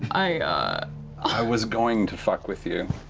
i i was going to fuck with you.